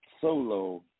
solo